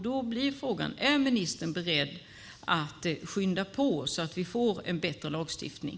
Då blir frågan: Är ministern beredd att skynda på, så att vi får en bättre lagstiftning?